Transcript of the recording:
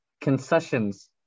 Concessions